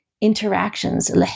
interactions